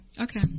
okay